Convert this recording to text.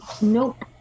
Nope